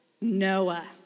Noah